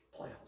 playoffs